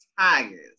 tigers